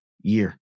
year